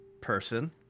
person